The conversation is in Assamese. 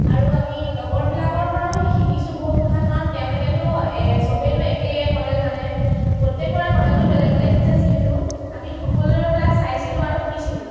আৰু আমি লগৰবিলাকৰ পৰাও শিকিছোঁ বহুত কথা কাৰণ তেওঁলোকেতো চবেতো একেই মডেল নানে প্ৰত্যেকৰে মডেলটো বেলেগ বেলেগ হৈছে যিহেতু আমি সকলোৱে এইবিলাক চাইছিলোঁ আৰু শিকিছিলোঁ